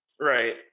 Right